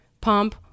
pump